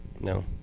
No